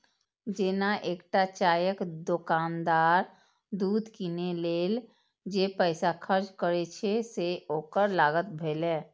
जेना एकटा चायक दोकानदार दूध कीनै लेल जे पैसा खर्च करै छै, से ओकर लागत भेलै